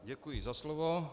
Děkuji za slovo.